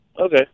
Okay